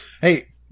Hey